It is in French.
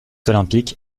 olympique